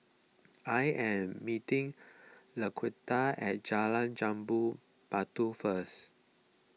I am meeting Laquita at Jalan Jambu Batu first